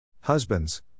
Husbands